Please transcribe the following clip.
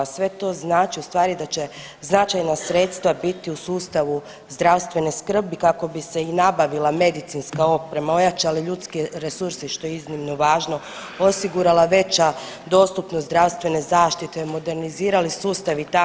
Sve to znači u stvari da će značajna sredstva biti u sustavu zdravstvene skrbi kako bi se i nabavila medicinska oprema i ojačali ljudski resursi što je iznimno važno, osigurala veća dostupnost zdravstvene zaštite, modernizirali sustavi itd., dakle